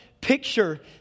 picture